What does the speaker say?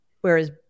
whereas